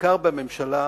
בעיקר בממשלה,